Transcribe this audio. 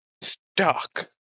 stuck